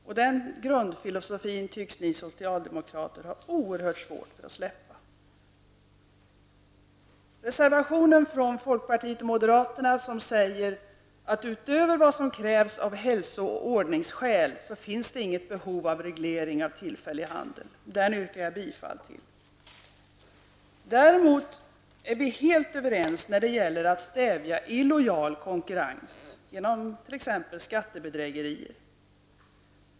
Den grundfilosofin tycks ni socialdemokrater ha oerhört svårt för att släppa. I reservationen från folkpartiet och moderaterna säger vi att det, utöver vad som krävs av hälso och ordningsskäl, inte finns något behov av reglering av tillfällig handel. Den reservationen yrkar jag bifall till. Däremot är vi helt överens när det gäller att stävja illojal konkurrens genom t.ex. skattebedrägerier.